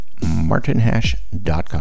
martinhash.com